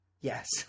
Yes